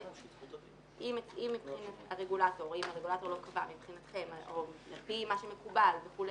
אם הרגולטור לא קבע מבחינתכם או מבחינתי מה שמקובל וכולי,